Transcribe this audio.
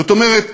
זאת אומרת,